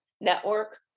network